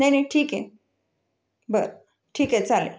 नाही नाही ठीक आहे बरं ठीक आहे चालेल